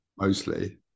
Mostly